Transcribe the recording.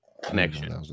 connection